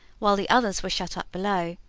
while the others were shut up below.